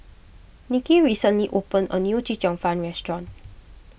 Nicky recently opened a new Chee Cheong Fun restaurant